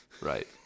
Right